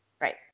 Right